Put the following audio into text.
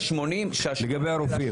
לגבי הרופאים.